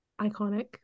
Iconic